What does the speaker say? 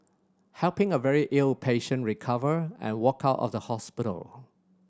helping a very ill patient recover and walk out of the hospital